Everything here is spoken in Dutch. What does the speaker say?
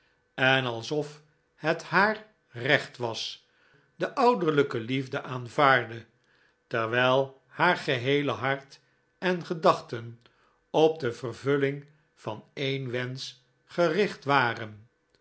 en alsof het haar recht was de ouderlijke liefde aanvaardde terwijl haar geheele hart en gedachten op de vervulling van een wensch gericht waren